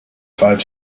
five